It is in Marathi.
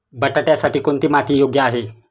बटाट्यासाठी कोणती माती योग्य आहे?